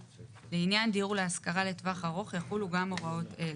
(ד)לעניין דיור להשכרה לטווח ארוך יחולו גם הוראות אלה: